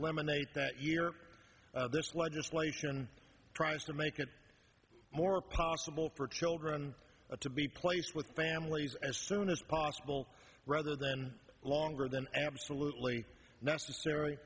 eliminate that year this legislation tries to make it more possible for children to be placed with families as soon as possible rather than longer than absolutely necessary